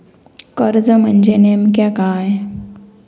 कर्ज म्हणजे नेमक्या काय?